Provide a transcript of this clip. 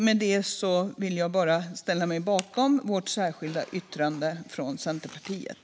Med det vill jag ställa mig bakom vårt särskilda yttrande från Centerpartiet.